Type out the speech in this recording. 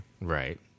Right